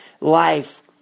life